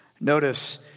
Notice